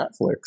Netflix